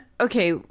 Okay